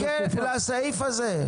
חכה לסעיף הזה.